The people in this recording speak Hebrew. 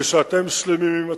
ושאתם שלמים עם עצמכם.